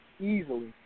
easily